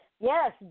Yes